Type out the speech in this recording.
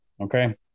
Okay